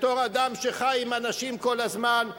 בתור אדם שחי עם אנשים כל הזמן,